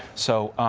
so